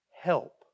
Help